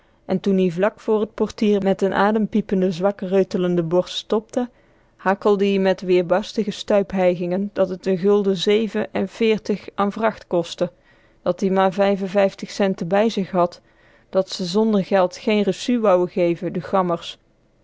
en toen-ie vlak voor t portier met n adempiepende zwak reutlende borst stopte hakkelde ie met weerbarstige stuip hijgingen dat t een gulden zeven en veertig an vracht kostte dat-ie maar vijf en vijftig cente bij zich had dat ze zonder geld geen recu woue geve de